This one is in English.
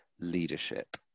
leadership